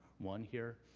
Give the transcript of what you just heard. one here.